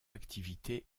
activité